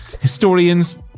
historians